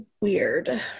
weird